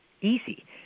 easy